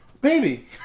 baby